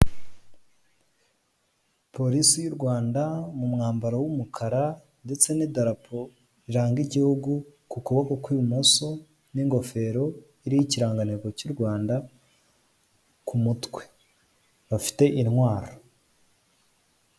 Polisi y' u Rwanda mu mwambaro w'umukara ndetse n'idarapo riranga igihugu ku kuboko kw'ibumoso n'ingofero iriho ikirangantego cy' u Rwanda ku mutwe bafite intwaro.